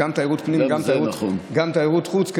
תיירות פנים וגם תיירות חוץ,